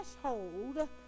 threshold